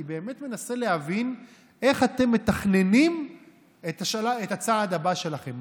אני באמת מנסה להבין איך אתם מתכננים את הצעד הבא שלכם.